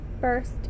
first